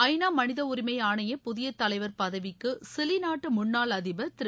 ஐ நா மனிதஉரிஸ்ஆணைய புதியதலைவர் பதவிக்குசிலிநாட்டுமுன்னாள் அதிபர் திரு